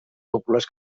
populars